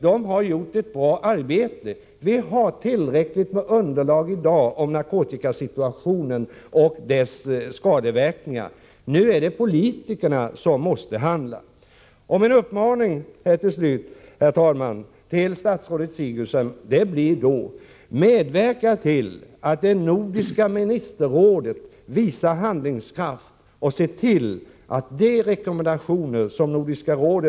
De har gjort ett bra arbete. Vi har tillräckligt med underlag i dag om narkotikasituationen och dess skadeverkningar, nu är det politikerna som måste handla. Min uppmaning till slut, herr talman, till statsrådet Sigurdsen blir: Medverka till att det nordiska ministerrådet visar handlingskraft, och ser till att de